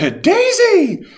Daisy